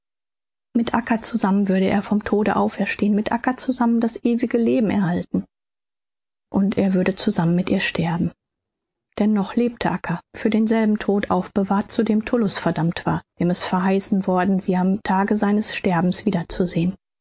mit acca zusammen würde er vom tode auferstehen mit acca zusammen das ewige leben erhalten und er würde zusammen mit ihr sterben denn noch lebte acca für denselben tod aufbewahrt zu dem tullus verdammt war dem es verheißen worden sie am tage seines sterbens wiederzusehen